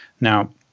Now